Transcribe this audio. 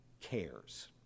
cares